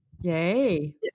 Yay